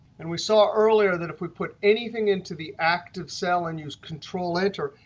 and we saw earlier, that if we put anything into the active cell and use control-enter,